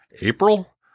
April